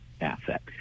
asset